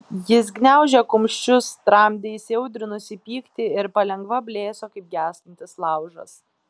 jis gniaužė kumščius tramdė įsiaudrinusį pyktį ir palengva blėso kaip gęstantis laužas